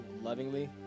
lovingly